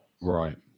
Right